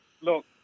look